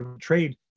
trade